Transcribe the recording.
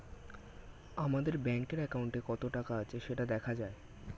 আমাদের ব্যাঙ্কের অ্যাকাউন্টে কত টাকা আছে সেটা দেখা যায়